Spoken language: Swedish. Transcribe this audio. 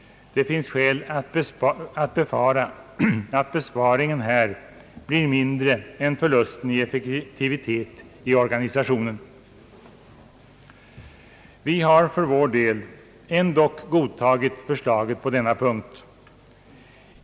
Det finns skäl att befara att besparingen här blir mindre än förlusten av effekt i organisationen. Vi har för vår del ändock godtagit förslaget på denna punkt.